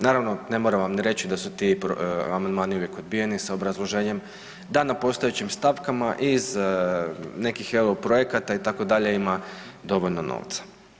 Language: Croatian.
Naravno, ne moram vam ni reći da su ti amandmani uvijek odbijeni sa obrazloženjem da na postojećim stavkama iz nekih EU projekata itd. ima dovoljno novca.